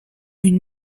une